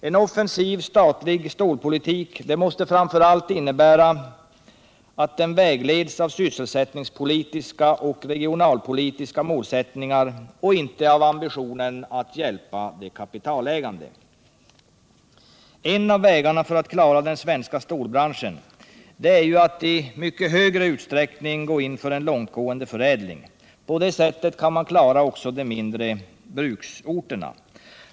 En offensiv statlig stålpolitik måste framför allt vägledas av sysselsättningspolitiska och regionalpolitiska målsättningar och inte av ambitionen att hjälpa de kapitalägande. En av vägarna för att klara den svenska stålbranschen är att i mycket stor utsträckning gå in för en långtgående förädling. På det sättet kan man också klara de mindre bruksorterna.